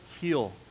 heal